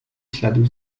śladu